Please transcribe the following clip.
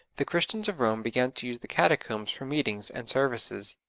the christians of rome began to use the catacombs for meetings and services.